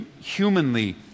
humanly